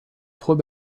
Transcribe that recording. trois